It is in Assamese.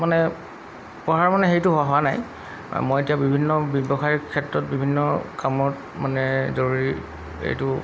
মানে পঢ়াৰ মানে সেইটো হোৱা নাই মই এতিয়া বিভিন্ন ব্যৱসায়িক ক্ষেত্ৰত বিভিন্ন কামত মানে জৰি এইটো